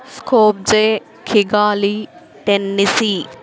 Skopje Kigali Tennessee